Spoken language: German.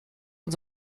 und